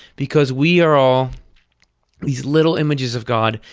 because we are all these little images of god,